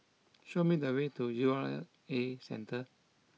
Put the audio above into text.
show me the way to U R A Centre